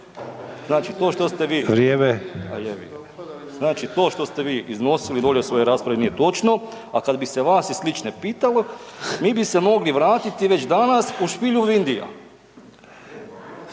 Znači to što ste vi iznosili u svojoj raspravi nije točno. A kada bi se vas i slične pitalo mi bi se mogli vratiti već danas u Špilju Vindija.